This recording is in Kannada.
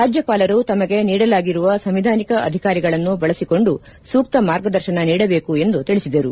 ರಾಜ್ಯಪಾಲರು ತಮಗೆ ನೀಡಲಾಗಿರುವ ಸಂವಿಧಾನಿಕ ಅಧಿಕಾರಗಳನ್ನು ಬಳಸಿಕೊಂಡು ಸೂಕ್ತ ಮಾರ್ಗದರ್ಶನ ನೀಡಬೇಕು ಎಂದು ತಿಳಿಸಿದರು